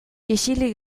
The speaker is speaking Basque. isilik